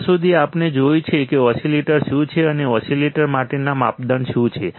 અત્યાર સુધી આપણે જોયું છે કે ઓસીલેટર શું છે અને ઓસીલેટર માટેના માપદંડ શું છે